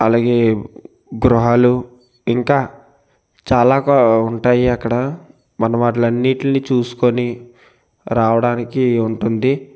అలాగే గృహాలు ఇంకా చాలా ఉంటాయి అక్కడ మనం వాటి అన్నింటినీ చూసుకొని రావడానికి ఉంటుంది